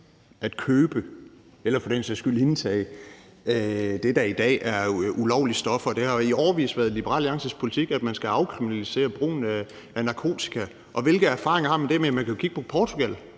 at købe eller for den sags skyld indtage det, der i dag er ulovlige stoffer. Det har i årevis været Liberal Alliances politik, at man skal afkriminalisere brugen af narkotika. Og hvilke erfaringer har man med det? Ja, man kan jo kigge på Portugal,